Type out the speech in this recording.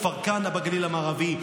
כפא כנא בגליל המערבי,